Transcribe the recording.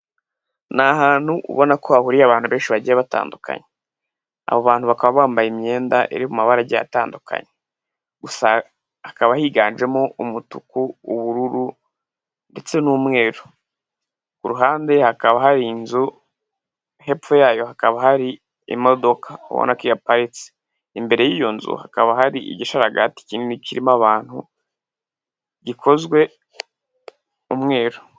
Ni ahantu ubona ko hahuriye abantu benshi bagiye batandukanye abo bantu bakaba bambaye imyenda iri mu mabara atandukanye, gusa hakaba higanjemo umutuku, ubururu ndetse n'umweru. Ku ruhande hakaba hari inzu hepfo yayo hakaba hari imodoka ubona ko ihaparitse, imbere y'iyo nzu hakaba hari igisharagati kinini kirimo abantu gikozwe umweru.